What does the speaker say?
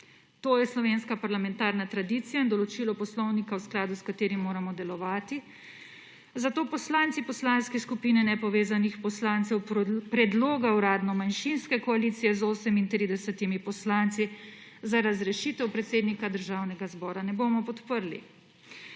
To je slovenska parlamentarna tradicija in določilo poslovnika, v skladu s katerim moramo delovati, zato poslanci Poslanske skupine nepovezanih poslancev predloga uradno manjšinske koalicije z 38 poslanci za razrešitev predsednika Državnega zbora ne bomo podprli.